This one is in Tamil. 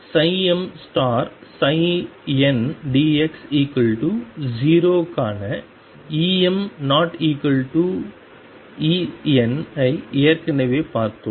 எனவே mndx0 க்கான EmEn ஐ ஏற்கனவே பார்த்தோம்